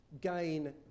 gain